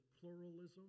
pluralism